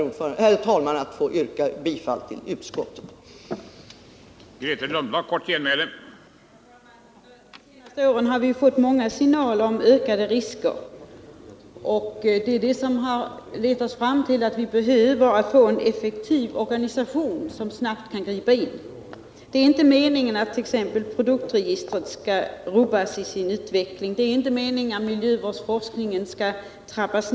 Jag ber att få yrka bifall till utskottets hemställan.